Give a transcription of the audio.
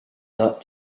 not